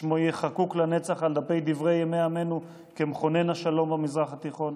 ששמו יהיה חקוק לנצח על דפי דברי ימי עמנו כמכונן השלום במזרח התיכון,